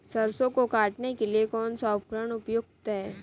सरसों को काटने के लिये कौन सा उपकरण उपयुक्त है?